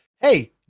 hey